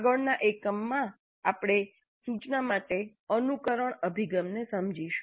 આગળના એકમમાં આપણે સૂચના માટે અનુકરણ અભિગમને સમજીશું